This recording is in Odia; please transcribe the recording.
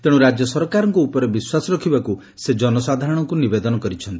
ତେଣୁ ରାଜ୍ୟସରକାରଙ୍କ ଉପରେ ବିଶ୍ୱାସ ରଖିବାକୁ ସେ ଜନସାଧାରଣଙ୍କୁ ନିବେଦନ କରିଛନ୍ତି